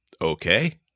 okay